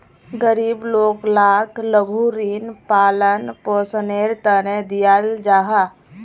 गरीब लोग लाक लघु ऋण पालन पोषनेर तने दियाल जाहा